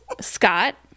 scott